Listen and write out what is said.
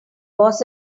was